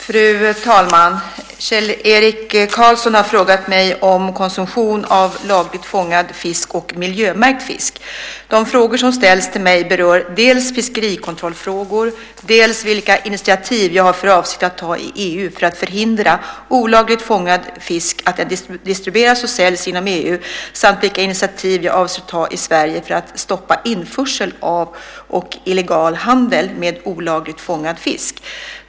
Fru talman! Kjell-Erik Karlsson har frågat mig om konsumtion av lagligt fångad fisk och miljömärkt fisk. De frågor som ställs till mig berör dels fiskerikontrollfrågor, dels vilka initiativ jag har för avsikt att ta i EU för att förhindra att olagligt fångad fisk distribueras och säljs inom EU samt vilka initiativ jag avser att ta i Sverige för att stoppa införsel av och illegal handel med olagligt fångad fisk.